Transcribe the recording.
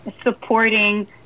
supporting